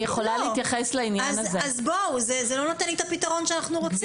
זה לא נותן את הפתרון שאנחנו רוצים.